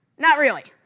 not really.